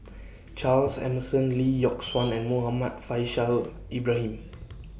Charles Emmerson Lee Yock Suan and Muhammad Faishal Ibrahim